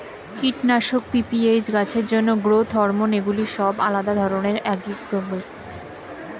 কীটনাশক, পি.পি.এইচ, গাছের জন্য গ্রোথ হরমোন এগুলি সব আলাদা ধরণের অ্যাগ্রোকেমিক্যাল